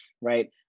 right